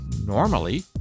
normally